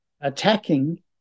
attacking